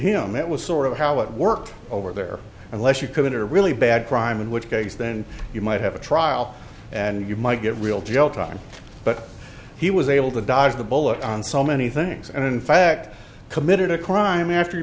him it was sort of how it works over there unless you commit a really bad crime in which case then you might have a trial and you might get real jail time but he was able to dodge the bullet on so many things and in fact committed a crime after he